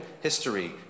history